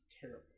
terrible